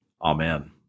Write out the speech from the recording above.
Amen